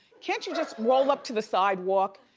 can't you just roll up to the sidewalk,